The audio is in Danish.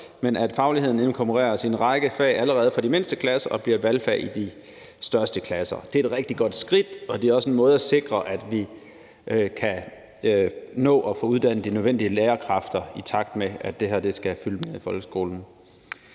jeg, at fagligheden inkorporeres i en række fag allerede fra de mindste klasser og bliver valgfag i de største klasser. Det er et rigtig godt skridt, og det er også en måde at sikre, at vi kan nå at få uddannet de nødvendige lærerkræfter, i takt med at det her skal fylde mere i folkeskolen.